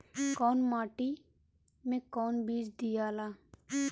कौन माटी मे कौन बीज दियाला?